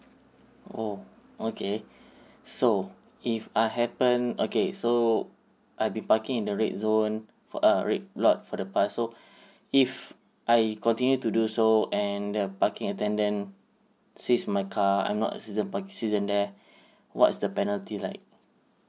oh okay so if I happen okay so I've ben parking in the red zone for uh red lot for the past so if I continue to do so and the parking attendant sees my car I'm not a season park season there what's the penalty like